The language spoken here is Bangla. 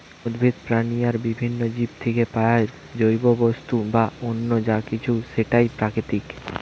উদ্ভিদ, প্রাণী আর বিভিন্ন জীব থিকে পায়া জৈব বস্তু বা অন্য যা কিছু সেটাই প্রাকৃতিক